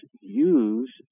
use